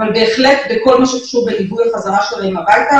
אבל בהחלט בכל מה שקשור בליווי שלהם חזרה הביתה,